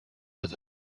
other